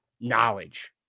knowledge